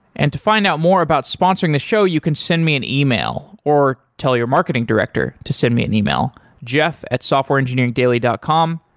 and to find out more about sponsoring the show, you can send me an ah e-mail or tell your marketing director to send me an e-mail jeff at softwareengineeringdaily dot com.